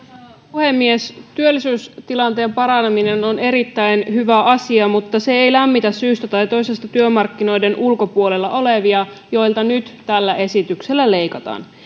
puhemies työllisyystilanteen paraneminen on erittäin hyvä asia mutta se ei lämmitä syystä tai toisesta työmarkkinoiden ulkopuolella olevia joilta nyt tällä esityksellä leikataan